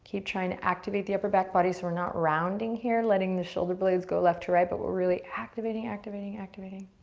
trying to activate the upper back body so we're not rounding here, letting the shoulder blades go left to right, but we're really activating, activating, activating.